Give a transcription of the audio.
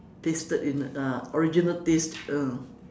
tasted in uh original taste ah